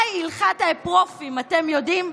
מה היא הלכת האפרופים, אתם יודעים?